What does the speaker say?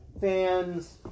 fans